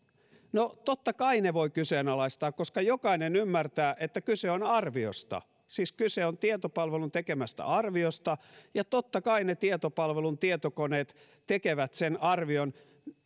no totta kai ne voi kyseenalaistaa koska jokainen ymmärtää että kyse on arviosta siis kyse on tietopalvelun tekemästä arviosta ja totta kai ne tietopalvelun tietokoneet tekevät sen arvion